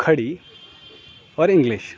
کھڑی اور انگلش